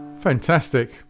fantastic